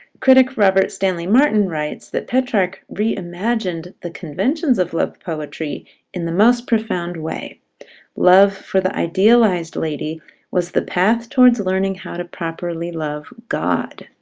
critic stanley martin writes that petrarch reimagined the conventions of love poetry in the most profound way love for the idealized lady was the path towards learning how to properly love god.